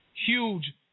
Huge